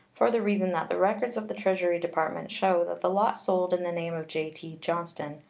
for the reason that the records of the treasury department show that the lot sold in the name of j t. johnston,